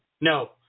No